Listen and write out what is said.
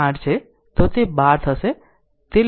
તો તે 12 થશે તે લેખવામાં ભૂલ છે